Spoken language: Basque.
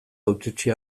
hautetsi